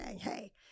Hey